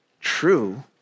true